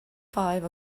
five